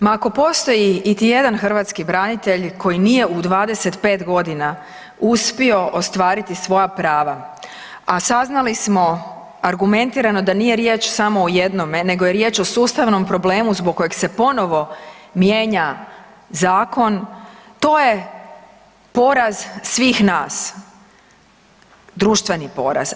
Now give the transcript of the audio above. Ma ako postoji iti jedan hrvatski branitelj koji nije u 25 godina uspio ostvariti svoja prava, a saznali smo argumentirano da nije riječ samo o jednome, nego je riječ o sustavnom problemu zbog kojeg se ponovno mijenja zakon to je poraz svih nas, društveni poraz.